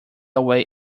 away